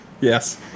Yes